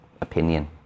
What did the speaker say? opinion